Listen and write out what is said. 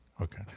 Okay